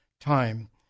time